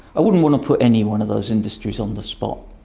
i wouldn't want to put any one of those industries on the spot.